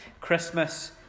Christmas